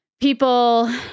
people